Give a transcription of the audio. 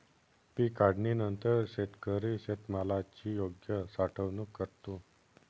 पीक काढणीनंतर शेतकरी शेतमालाची योग्य साठवणूक करतो